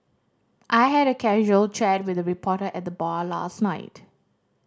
I had a casual chat with a reporter at the bar last night